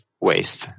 waste